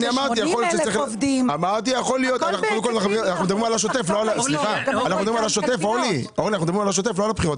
אנחנו מדברים על השוטף ולא על הבחירות,